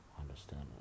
understand